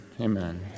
amen